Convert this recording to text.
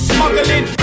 Smuggling